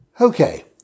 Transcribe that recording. Okay